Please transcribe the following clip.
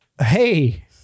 hey